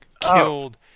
killed